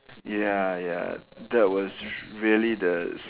ya ya that was really the s~